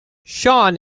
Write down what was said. shaun